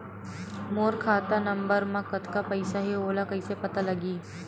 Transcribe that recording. मोर खाता नंबर मा कतका पईसा हे ओला कइसे पता लगी?